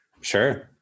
sure